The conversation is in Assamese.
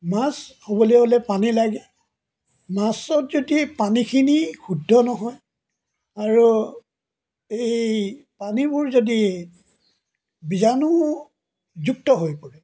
মাছ হ'বলৈ হ'লে পানী লাগে মাছক যদি পানীখিনি শুদ্ধ নহয় আৰু এই পানীবোৰ যদি বীজাণুযুক্ত হৈ পৰে